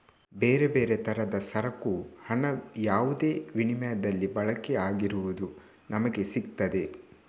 ಬೇರೆ ಬೇರೆ ತರದ ಸರಕು ಹಣ ಯಾವುದೇ ವಿನಿಮಯದಲ್ಲಿ ಬಳಕೆ ಆಗಿರುವುದು ನಮಿಗೆ ಸಿಗ್ತದೆ